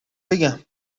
بگم